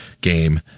game